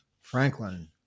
Franklin